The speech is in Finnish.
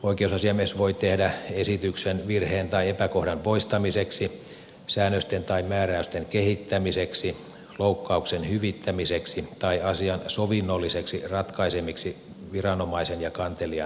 oikeusasiamies voi tehdä esityksen virheen tai epäkohdan poistamiseksi säännösten tai määräysten kehittämiseksi loukkauksen hyvittämiseksi tai asian sovinnolliseksi ratkaisemiseksi viranomaisen ja kantelijan välillä